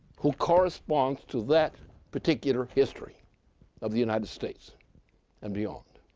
who corresponds to that particular history of the united states and beyond.